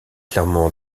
clairement